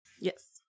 Yes